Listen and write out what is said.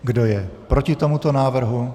Kdo je proti tomuto návrhu?